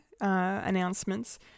announcements